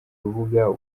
rubuga